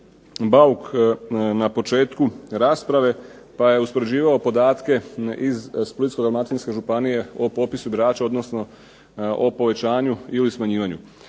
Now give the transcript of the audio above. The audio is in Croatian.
Bauk na početku rasprave pa je uspoređivao podatke iz Splitsko-dalmatinske županije o popisu birača, odnosno o povećanju ili smanjivanju.